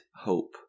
Hope